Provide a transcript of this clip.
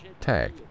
TAG